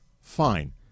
Fine